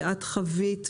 שחווית,